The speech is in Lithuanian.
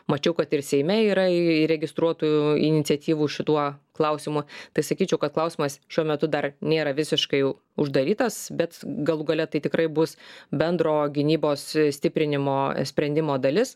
mačiau kad ir seime yra įregistruotų iniciatyvų šituo klausimu tai sakyčiau kad klausimas šiuo metu dar nėra visiškai uždarytas bet galų gale tai tikrai bus bendro gynybos stiprinimo sprendimo dalis